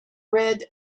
red